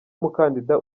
umukandida